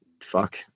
fuck